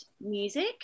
music